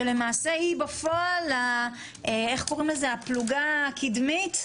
שלמעשה היא בפועל הפלוגה הקדמית,